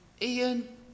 Ian